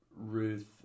Ruth